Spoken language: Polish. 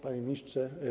Panie Ministrze!